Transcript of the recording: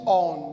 on